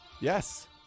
Yes